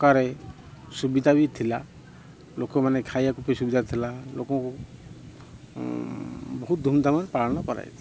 ପ୍ରକାରରେ ସୁବିଧା ବି ଥିଲା ଲୋକମାନେ ଖାଇବାକୁ ବି ସୁବିଧା ଥିଲା ଲୋକଙ୍କୁ ବହୁତ ଧୂମଧାମ୍ରେ ପାଳନ କରାଯାଇଥିଲା